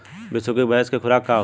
बिसुखी भैंस के खुराक का होखे?